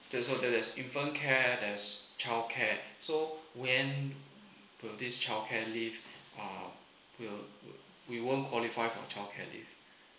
there's so there is infant care there's childcare so when would do this childcare leave um will we won't qualify for childcare leave